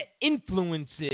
influences